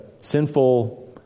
sinful